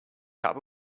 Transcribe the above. cup